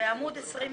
בעמוד 29,